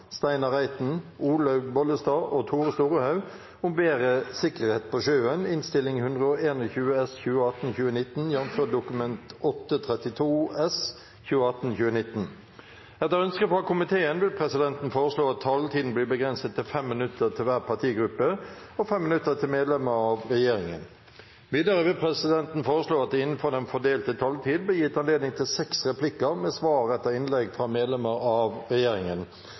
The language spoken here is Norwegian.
vil presidenten foreslå at taletiden blir begrenset til 5 minutter til hver partigruppe og 5 minutter til medlemmer av regjeringen. Videre vil presidenten foreslå at det – innenfor den fordelte taletid – blir gitt anledning til inntil seks replikker med svar etter innlegg fra medlemmer av regjeringen,